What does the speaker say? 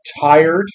tired